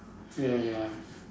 ya ya